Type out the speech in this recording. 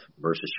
versus